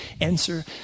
answer